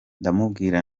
ndamubwira